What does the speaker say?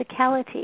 physicality